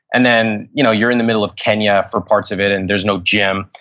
and then you know you're in the middle of kenya for parts of it and there's no gym.